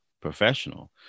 professional